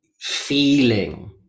feeling